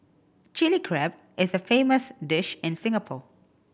Chilli Crab is a famous dish in Singapore